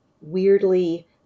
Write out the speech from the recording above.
weirdly